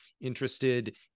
interested